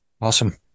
Awesome